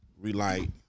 relight